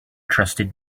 trusted